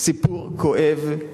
סיפור כואב,